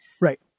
Right